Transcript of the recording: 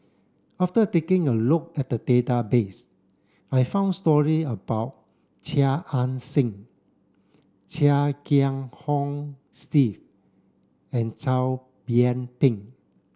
after taking a look at the database I found stories about Chia Ann Siang Chia Kiah Hong Steve and Chow Yian Ping